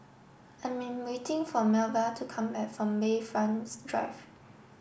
I am waiting for Melba to come back from Bayfront's Drive